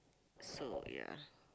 so yeah